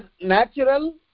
natural